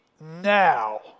now